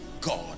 God